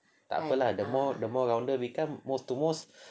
takpe lah the more the more rounder become most to most